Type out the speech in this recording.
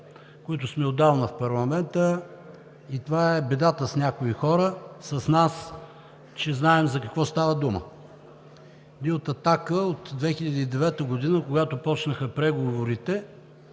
които сме отдавна в парламента, и това е бедата с някои хора, с нас, че знаем за какво става дума. Ние от „Атака“ от 2009 г., когато започнаха преговорите,